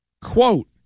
Quote